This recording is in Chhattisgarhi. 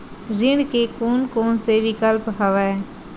ऋण के कोन कोन से विकल्प हवय?